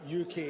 UK